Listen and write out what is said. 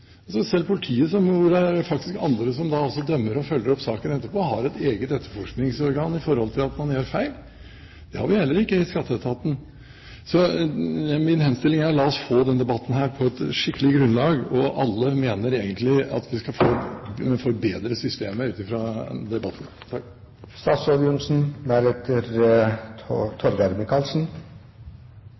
Selv politiet, hvor det faktisk er andre som dømmer og følger opp saken etterpå, har et eget etterforskningsorgan om man gjør feil. Det har vi heller ikke i Skatteetaten. Min henstilling er: La oss få denne debatten på et skikkelig grunnlag. Alle mener egentlig at vi skal kunne forbedre systemet, ut fra debatten.